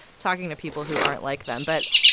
talking to people who aren't like them. but.